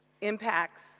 impacts